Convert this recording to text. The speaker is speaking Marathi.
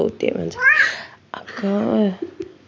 मला पिवळे मनुके आवडतात